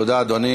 תודה, אדוני.